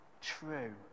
true